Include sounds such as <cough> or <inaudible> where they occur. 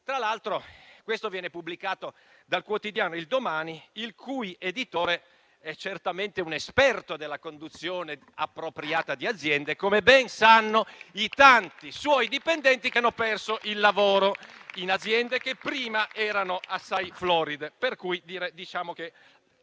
Tra l'altro, questo viene pubblicato dal quotidiano il «Domani», il cui editore è certamente un esperto della conduzione appropriata di aziende, <applause> come ben sanno i tanti suoi dipendenti che hanno perso il lavoro in aziende che prima erano assai floride.